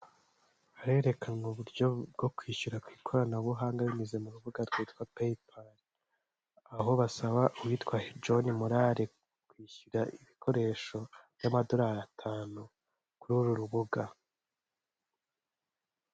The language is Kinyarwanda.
Harerekanwa uburyo bwo kwishyura ku ikoranabuhanga binyuze mu rubuga rwitwa Peyipale, aho basaba uwitwa John Morale kwishyura ibikoresho by'amadolari atanu kuri uru rubuga.